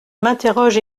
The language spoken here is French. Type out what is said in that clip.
m’interroge